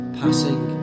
passing